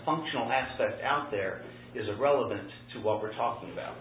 functional aspect out there is a relevant to what we're talking about